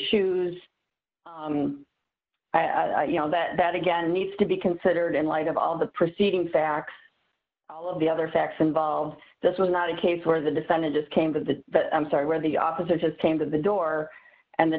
shoes you know that again needs to be considered in light of all the preceding facts all of the other facts involved this was not a case where the defendant just came to the i'm sorry where the officer just came to the door and the